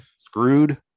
screwed